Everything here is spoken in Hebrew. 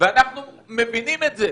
ואנחנו מבינים את זה.